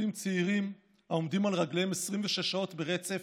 רופאים צעירים העומדים על רגליהם 26 שעות ברצף,